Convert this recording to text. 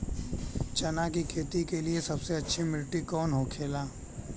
चना की खेती के लिए सबसे अच्छी मिट्टी कौन होखे ला?